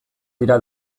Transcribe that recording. dira